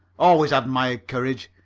always admired courage.